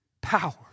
power